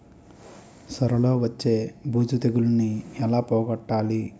సొర లో వచ్చే బూజు తెగులని ఏల పోగొట్టాలి?